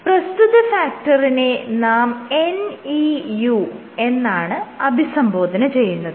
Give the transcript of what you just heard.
പ്രസ്തുത ഫാക്ടറിനെ നാം NEU എന്നാണ് അഭിസംബോധന ചെയ്യുന്നത്